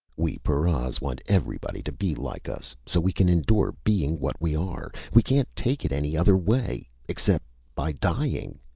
we paras want everybody to be like us, so we can endure being what we are! we can't take it any other way except by dying!